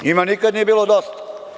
Njima nikada nije bilo dosta.